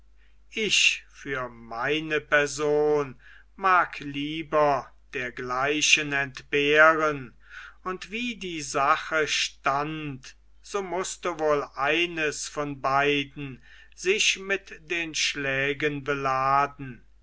ich für meine person mag lieber dergleichen entbehren und wie die sache stand so mußte wohl eines von beiden sich mit den schlägen beladen